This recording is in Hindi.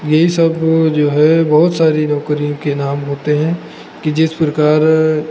यही सब जो है बहुत सारी नौकरियों के नाम होते हैं कि जिस प्रकार